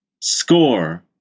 Score